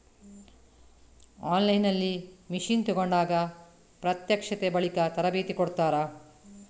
On line ನಲ್ಲಿ machine ತೆಕೋಂಡಾಗ ಪ್ರತ್ಯಕ್ಷತೆ, ಬಳಿಕೆ, ತರಬೇತಿ ಕೊಡ್ತಾರ?